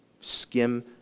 skim